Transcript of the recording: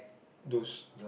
those